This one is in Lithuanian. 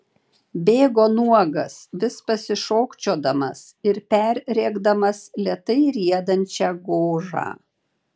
bėgo nuogas vis pasišokčiodamas ir perrėkdamas lėtai riedančią gožą